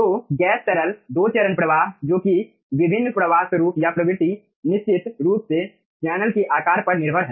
तो गैस तरल दो चरण प्रवाह जो कि विभिन्न प्रवाह स्वरूप या प्रवृत्ति निश्चित रूप से चैनल के आकार पर निर्भर है